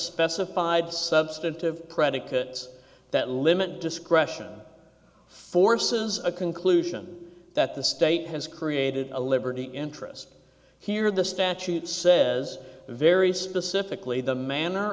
specified substantive predicates that limit discretion and forces a conclusion that the state has created a liberty interest here the statute says very specifically the manner